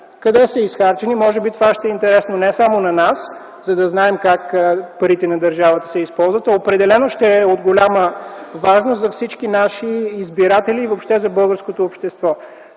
Къде са изхарчени? Може би това ще е интересно не само на нас, за да знаем как се използват парите на държавата, а определено ще е от голяма важност за всички наши избиратели и въобще за българското общество.